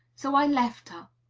so i left her.